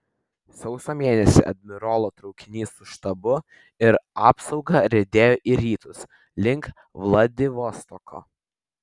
sausio mėnesį admirolo traukinys su štabu ir apsauga riedėjo į rytus link vladivostoko